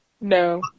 no